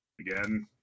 again